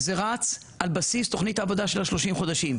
זה רץ על בסיס תכנית העבודה של 30 החודשים.